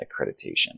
Accreditation